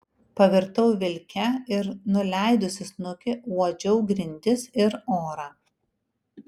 pavirtau vilke ir nuleidusi snukį uodžiau grindis ir orą